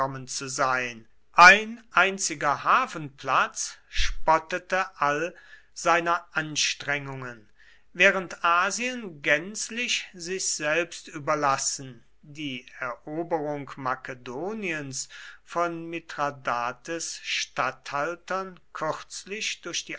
zu sein ein einziger hafenplatz spottete all seiner anstrengungen während asien gänzlich sich selbst überlassen die eroberung makedoniens von mithradates statthaltern kürzlich durch die